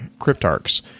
cryptarchs